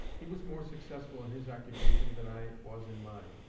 he was more successful in his occupation than i was in mine,